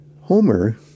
Homer